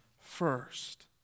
first